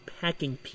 packing